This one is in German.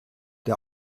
der